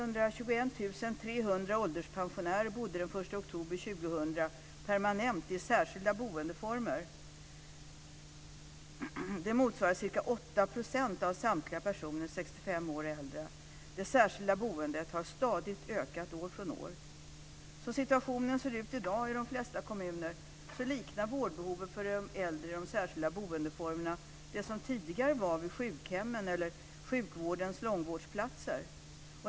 Nu står man tydligen på noll igen. år och äldre. Det särskilda boendet har stadigt ökat år från år. Som situationen ser ut i dag i de flesta kommuner liknar vårdbehoven för de äldre i de särskilda boendeformerna de behov som tidigare fanns vid sjukhemmen eller sjukvårdens långvårdsplatser.